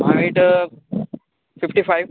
weight fifty five